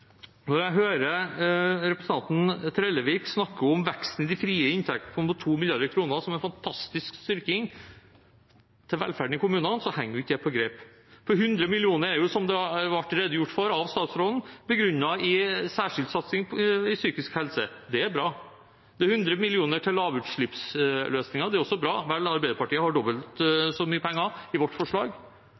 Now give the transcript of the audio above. Når jeg hører representanten Trellevik snakke om veksten i de frie inntektene på 2 mrd. kr som en fantastisk styrking av velferden i kommunene, så henger ikke det på greip. 100 mill. kr er, som det ble redegjort for av statsråden, begrunnet i særskilt satsing på psykisk helse. Det er bra. Det er 100 mill. kr til lavutslippsløsninger. Det er også bra, men Arbeiderpartiet har dobbelt så mye penger i vårt forslag.